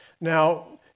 Now